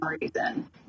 reason